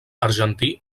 argentí